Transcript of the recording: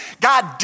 God